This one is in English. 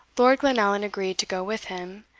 lord glenallan agreed to go with him,